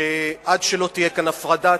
שעד שלא תהיה כאן הפרדת,